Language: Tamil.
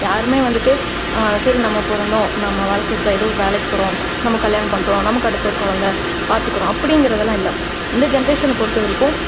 யாருமே வந்துவிட்டு சரி நம்ம பிறந்தோம் நம்ம வாழ்க்கை இதுதான் ஏதோ ஒரு வேலைக்கு போகறோம் நம்ம கல்யாணம் பண்ணுறோம் நமக்கடுத்து ஒரு குழந்த பாத்துக்குறோம் அப்படிங்குறதுலா இல்லை இந்த ஜென்ரேஷனை பொறுத்த வரைக்கும்